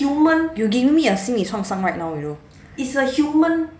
you giving me a 心理创伤 right now you know